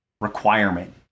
requirement